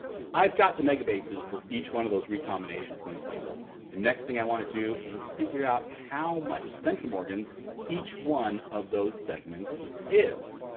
i've got the mega bases for each one of those recombination points labeled. the and next thing i want to do is figure out how much centimorgans each one of those segments is.